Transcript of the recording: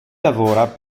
lavora